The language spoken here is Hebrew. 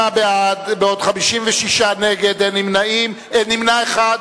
28 בעד, בעוד 56 נגד, נמנע אחד.